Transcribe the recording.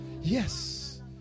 Yes